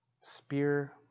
spear